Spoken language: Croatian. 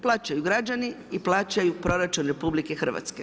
Plaćaju građani i plaćaju proračun RH.